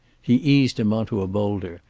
he eased him onto a boulder,